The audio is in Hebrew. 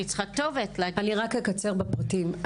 אני צריכה כתובת --- אני רק אקצר בפרטים.